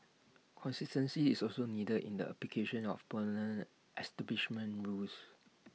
consistency is also needed in the application of establishment rules